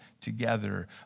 together